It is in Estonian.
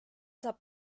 saab